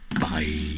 Bye